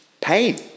pain